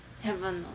haven't lor